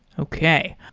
okay,